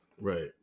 Right